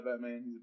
Batman